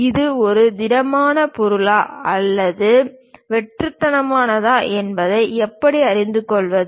இது ஒரு திடமான பொருளா அல்லது வெற்றுத்தனமானதா என்பதை எப்படி அறிந்து கொள்வது